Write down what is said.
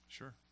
sure